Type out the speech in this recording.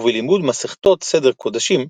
ובלימוד מסכתות סדר קדשים,